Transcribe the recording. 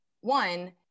One